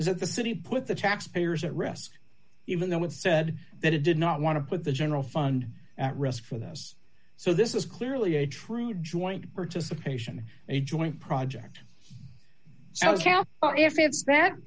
is that the city put the taxpayers at risk even though it said that it did not want to put the general fund at risk for this so this is clearly a true joint participation a joint project